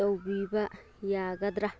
ꯇꯧꯕꯤꯕ ꯌꯥꯒꯗ꯭ꯔꯥ